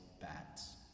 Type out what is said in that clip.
bats